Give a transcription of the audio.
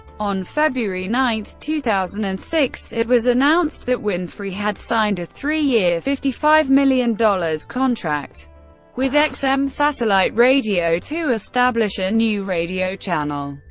on february nine, two thousand and six, it was announced that winfrey had signed a three-year, fifty five million dollars contract with xm um satellite radio to establish a new radio channel.